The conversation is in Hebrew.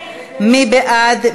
מי בעד?